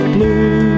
Blue